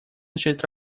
начать